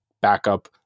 backup